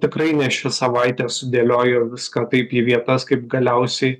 tikrai ne ši savaitė sudėlioju viską taip į vietas kaip galiausiai